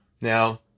Now